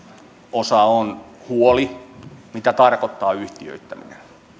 osa on huoli mitä tarkoittaa yhtiöittäminen